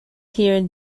hear